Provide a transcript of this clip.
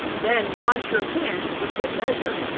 then wash your hands for good measure.